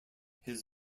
his